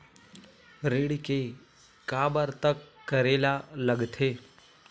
ऋण के काबर तक करेला लगथे?